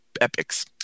epics